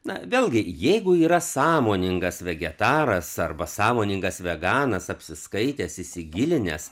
na vėlgi jeigu yra sąmoningas vegetaras arba sąmoningas veganas apsiskaitęs įsigilinęs